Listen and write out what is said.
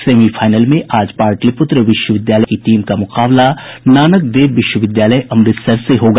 semifinal में आज पाटलिपुत्र विश्वविद्यालय की टीम का मुकाबला नानक देव विश्वविद्यालय अमृतसर से होगा